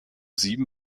sieben